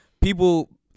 people